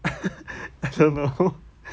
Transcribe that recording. I don't know